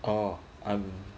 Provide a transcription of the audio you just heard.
orh arm~